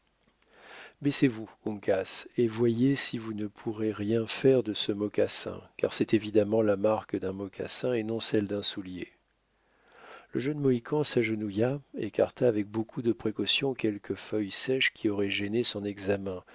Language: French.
soit écoulé baissez vous uncas et voyez si vous ne pourrez rien faire de ce mocassin car c'est évidemment la marque d'un mocassin et non celle d'un soulier le jeune mohican s'agenouilla écarta avec beaucoup de précaution quelques feuilles sèches qui auraient gêné son examen